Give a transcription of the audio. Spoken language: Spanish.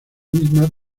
misma